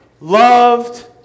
Loved